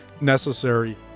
necessary